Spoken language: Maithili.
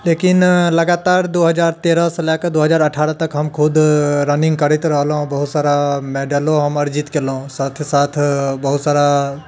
लेकिन लगातार दू हजार तेरह सँ लै कऽ दू हजार अठारह तक हम खुद रनिङ्ग करैत रहलहुँ बहुत सारा मेडलो हमर जीत कऽ एलहुँ साथे साथ बहुत सारा